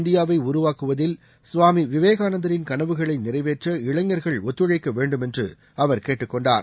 இந்தியாவை உருவாக்குவதில் சுவாமி விவேகானந்தரின் கனவுகளை புதிய நிறைவேற்ற இளைஞர்கள் ஒத்துழைக்க வேண்டும் என்று அவர் கேட்டுக்கொண்டார்